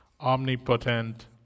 omnipotent